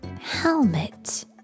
helmet